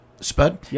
Spud